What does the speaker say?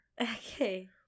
Okay